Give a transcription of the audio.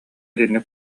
итинник